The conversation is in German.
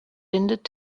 bindet